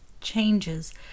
changes